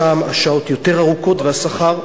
שם השעות יותר ארוכות והשכר,